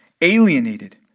alienated